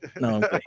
No